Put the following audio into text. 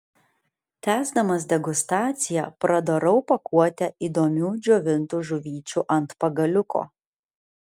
tęsdamas degustaciją pradarau pakuotę įdomių džiovintų žuvyčių ant pagaliuko